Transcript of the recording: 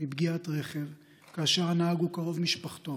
לאחר שאיבד שליטה ופגע ברכב פרטי במפגש רחובות בבת ים.